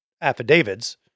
affidavits